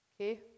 Okay